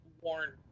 warn